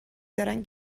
دارن